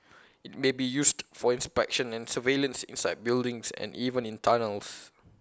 IT may be used for inspection and surveillance inside buildings and even in tunnels